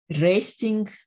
resting